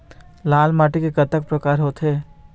लाल माटी के कतक परकार होथे?